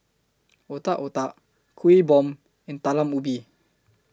Otak Otak Kueh Bom and Talam Ubi